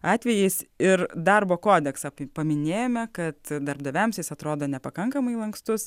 atvejais ir darbo kodeksą paminėjome kad darbdaviams jis atrodo nepakankamai lankstus